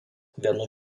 vienu